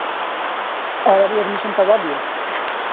اور ایڈمیشن کروا دیے